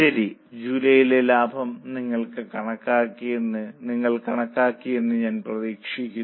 ശരി ജൂലൈയിലെ ലാഭം നിങ്ങൾ കണക്കാക്കിയെന്ന് ഞാൻ പ്രതീക്ഷിക്കുന്നു